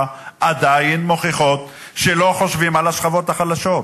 עדיין מוכיח שלא חושבים על השכבות החלשות,